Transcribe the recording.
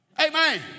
Amen